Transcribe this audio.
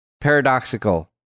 paradoxical